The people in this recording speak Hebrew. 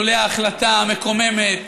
שלולא ההחלטה המקוממת